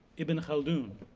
ibn khaldun,